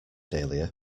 dahlia